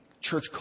church